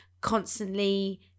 constantly